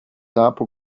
artful